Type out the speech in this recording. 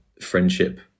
friendship